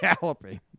galloping